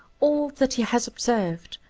all that he has ob served,